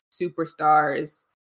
superstars